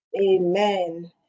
amen